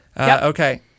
Okay